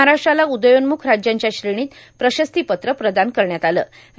महाराष्ट्राला उदयोन्मुख राज्यांच्या श्रेणीत प्रशस्तीपत्र प्रदान करण्यात आलाँ